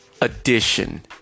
edition